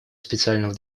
специального